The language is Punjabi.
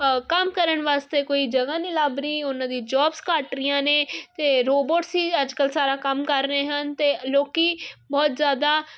ਕੰਮ ਕਰਨ ਵਾਸਤੇ ਕੋਈ ਜਗ੍ਹਾ ਨਹੀਂ ਲੱਭ ਰਹੀ ਉਹਨਾਂ ਦੀ ਜੋਬਸ ਘੱਟ ਰਹੀਆਂ ਨੇ ਤੇ ਰੋਬੋਟ ਸੀ ਅੱਜ ਕੱਲ ਸਾਰਾ ਕੰਮ ਕਰ ਰਹੇ ਹਨ ਤੇ ਲੋਕੀ ਬਹੁਤ ਜਿਆਦਾ